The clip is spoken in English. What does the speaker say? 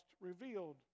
revealed